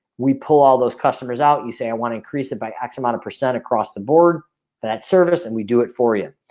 we pull all those customers out. you say i wanna increase it by x amount of percent across the board for that service and we do it for you.